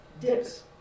dips